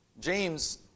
James